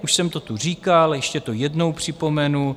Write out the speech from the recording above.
Už jsem to tu říkal, ještě to jednou připomenu.